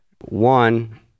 One